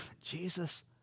Jesus